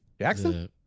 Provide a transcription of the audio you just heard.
jackson